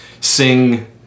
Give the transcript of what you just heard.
sing